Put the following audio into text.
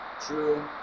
True